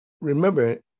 remember